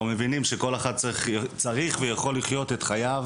מבינים שכל אחד צריך ויכול לחיות את חייו